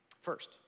First